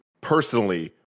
personally